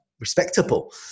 respectable